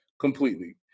completely